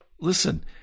Listen